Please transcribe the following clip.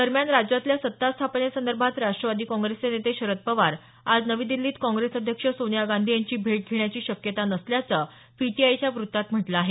दरम्यान राज्यातल्या सत्ता स्थापनेसंदर्भात राष्ट्रवादी काँग्रेसचे नेते शरद पवार आज नवी दिल्लीत काँग्रेस अध्यक्ष सोनिया गांधी यांची भेट घेण्याची शक्यता नसल्याचं पीटीआयच्या वृत्तात म्हटलं आहे